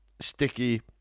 sticky